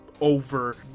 over